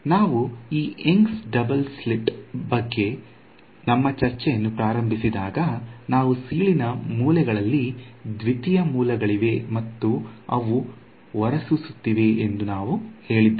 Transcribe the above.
ನಾವು ಈ young's double slit young's double slit ಬಗ್ಗೆ ನಮ್ಮ ಚರ್ಚೆಯನ್ನು ಪ್ರಾರಂಭಿಸಿದಾಗ ನಾವು ಸೀಳಿನ ಮೂಲೆಗಳಲ್ಲಿ ದ್ವಿತೀಯ ಮೂಲಗಳಿವೆ ಮತ್ತು ಅವು ಹೊರಸೂಸುತ್ತಿವೆ ಎಂದು ನಾವು ಹೇಳಿದ್ದೇವೆ